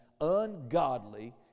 ungodly